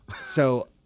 So-